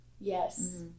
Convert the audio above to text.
Yes